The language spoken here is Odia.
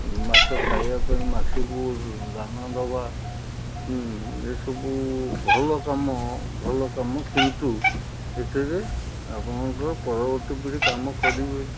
ମାଛ ଖାଇବା ପାଇଁ ମାଛକୁ ଦାନା ଦେବା ଏସବୁ ଭଲ କାମ ଭଲ କାମ କିନ୍ତୁ ଏଥିରେ ଆପଣଙ୍କର ପରବର୍ତ୍ତୀ ପିଢ଼ି କାମ କରିବେ